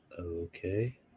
Okay